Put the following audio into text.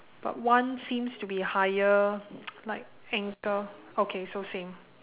but one seems to be higher like ankle okay so same